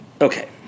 Okay